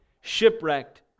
shipwrecked